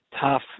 tough